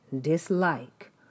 dislike